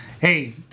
hey